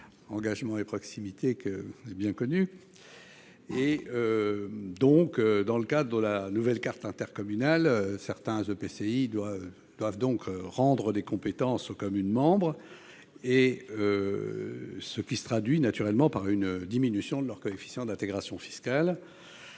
Engagement et proximité. Dans le cadre de la nouvelle carte intercommunale, certains EPCI devront rendre des compétences à leurs communes membres, ce qui se traduira par une diminution de leur coefficient d'intégration fiscale